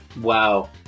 Wow